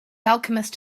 alchemist